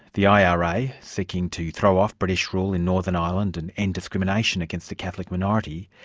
the ira, seeking to throw off british rule in northern ireland and end discrimination against the catholic minority,